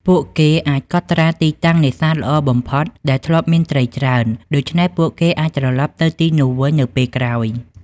ពួកគេអាចកត់ត្រាទីតាំងនេសាទល្អបំផុត ដែលធ្លាប់មានត្រីច្រើន ដូច្នេះពួកគេអាចត្រឡប់ទៅទីនោះវិញនៅពេលក្រោយ។